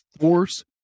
force